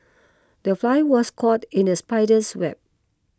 the fly was caught in the spider's web